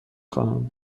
خواهم